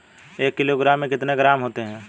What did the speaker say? एक किलोग्राम में कितने ग्राम होते हैं?